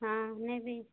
ହଁ ନେବି